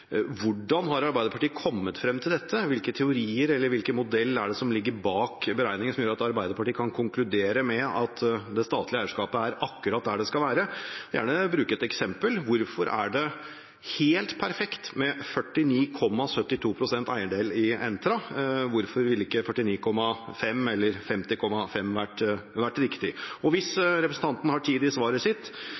Hvordan har Arbeiderpartiet kommet frem til dette? Hvilke teorier eller hvilken modell er det som ligger bak beregninger som gjør at Arbeiderpartiet kan konkludere med at det statlige eierskapet er akkurat der det skal være? Bruk gjerne et eksempel: Hvorfor er det helt perfekt med 49,72 pst. eierandel i Entra – hvorfor ville ikke 49,5 eller 50,5 pst. vært riktig? Og hvis representanten har tid i svaret sitt,